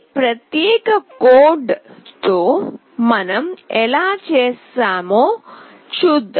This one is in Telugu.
ఈ ప్రత్యేక కోడ్ తో మనం ఎలా చేసామో చూద్దాం